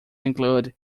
include